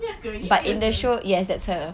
ya ke ini dia ke